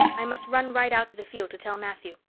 i must run right out to the field to tell matthew.